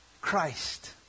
Christ